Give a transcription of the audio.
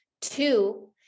Two